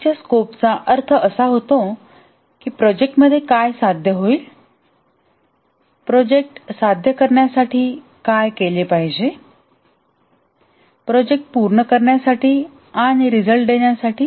प्रोजेक्टाच्या स्कोपचा अर्थ असा होतो की प्रोजेक्ट मध्ये काय साध्य होईल प्रोजेक्ट साध्य करण्यासाठी काय केले पाहिजे प्रोजेक्ट पूर्ण करण्यासाठी आणि निकाल देण्यासाठी